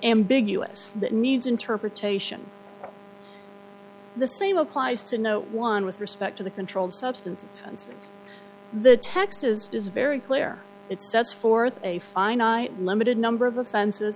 ambiguous that needs interpretation the same applies to no one with respect to the controlled substance and the text is is very clear it sets forth a finite limited number of offens